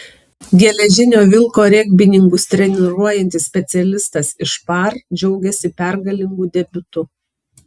geležinio vilko regbininkus treniruojantis specialistas iš par džiaugiasi pergalingu debiutu